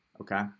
Okay